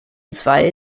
zwei